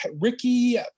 Ricky